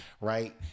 Right